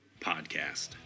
Podcast